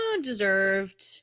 Deserved